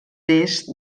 est